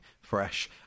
fresh